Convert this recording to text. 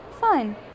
Fine